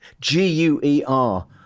G-U-E-R